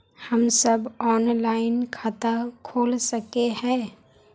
हम सब ऑनलाइन खाता खोल सके है?